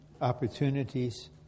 opportunities